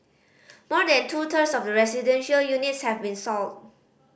more than two thirds of the residential units have been sold